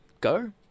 go